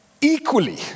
Equally